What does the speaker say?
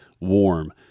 warm